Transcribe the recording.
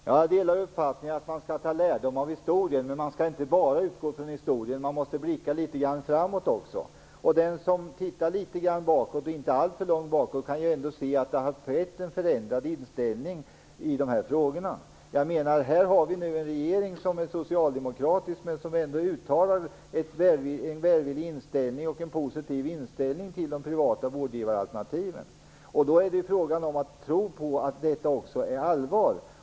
Herr talman! Jag delar uppfattningen att man skall dra lärdom av historien, men man skall inte bara utgå från historien. Man måste blicka litet grand framåt också. Den som tittar litet grand bakåt - inte alltför långt bakåt - kan ändå se att inställningen i de här frågorna har förändrats. Vi har nu en regering som är socialdemokratisk men som ändå uttalar en välvillig och positiv inställning till de privata vårdgivaralternativen. Det är då fråga om att tro på att detta också är allvar.